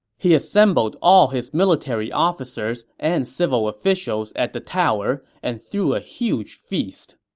he assembled all his military officers and civil officials at the tower and threw a huge feast.